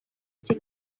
iki